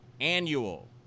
annual